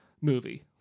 movie